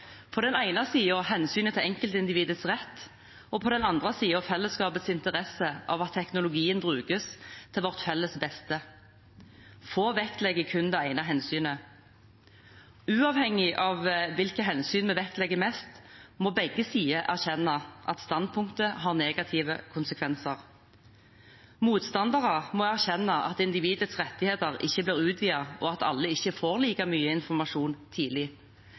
på den ene siden hensynet til enkeltindividets rett og på den andre siden fellesskapets interesse av at teknologien brukes til vårt felles beste. Få vektlegger kun det ene hensynet. Uavhengig av hvilke hensyn vi vektlegger mest, må begge sider erkjenne at standpunktet har negative konsekvenser. Motstanderne må erkjenne at individets rettigheter ikke blir utvidet, og at ikke alle får like mye informasjon tidlig.